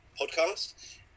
podcast